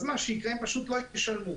מה שיקרה, הן פשוט לא ישלמו.